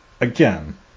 again